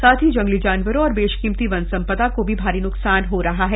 साथ ही जंगली जानवरों और बेशकीमती वन संपदा को भी भारी नुकसान हो रहा है